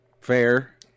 Fair